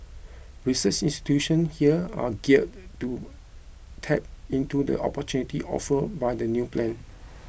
research institution here are geared to tap into the opportunity offered by the new plan